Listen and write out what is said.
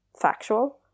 factual